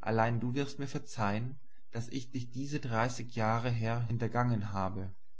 allein du wirst mir verzeihen daß ich dich diese dreißig jahre her hintergangen habe